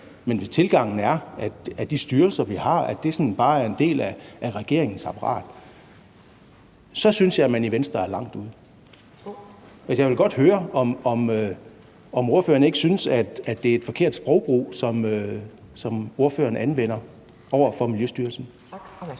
men hvis tilgangen er, at de styrelser, vi har, sådan bare er en del af regeringens apparat, så synes jeg, man er langt ude i Venstre. Jeg vil godt høre, om ordføreren ikke synes, at det er en forkert sprogbrug, ordføreren anvender i forhold til Miljøstyrelsen. Kl.